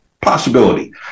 possibility